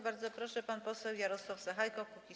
Bardzo proszę, pan poseł Jarosław Sachajko, Kukiz’15.